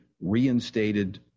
reinstated